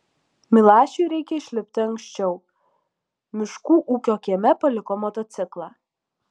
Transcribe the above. milašiui reikia išlipti anksčiau miškų ūkio kieme paliko motociklą